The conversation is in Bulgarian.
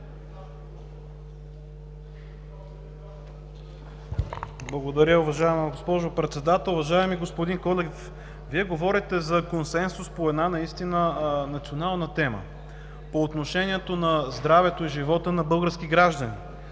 Благодаря, уважаема госпожо Председател. Уважаеми господин Колев, Вие говорите за консенсус по една наистина национална тема – по отношение здравето и живота на български граждани.